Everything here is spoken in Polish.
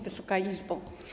Wysoka Izbo!